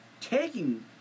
taking